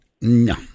No